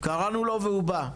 קראנו לו והוא בא.